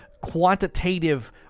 quantitative